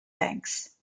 banks